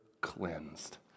cleansed